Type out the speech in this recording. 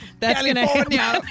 California